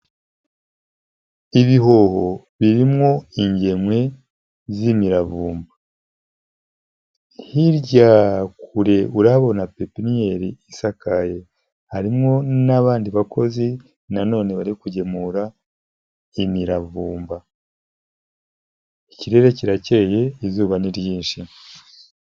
Ibihobo birimo ingemwe z'imiravumba. Hirya kure urahabona na pepennyeri isakaye, harimo n'abandi bakozi nanone bari kugemura imiravumba. Ikirere kiracyeye, izuba ni ryinshi.